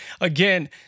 again